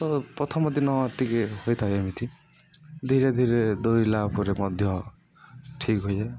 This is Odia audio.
ତ ପ୍ରଥମ ଦିନ ଟିକେ ହୋଇଥାଏ ଏମିତି ଧୀରେ ଧୀରେ ଧୋଇଲା ପରେ ମଧ୍ୟ ଠିକ୍ ହୋଇଯାଏ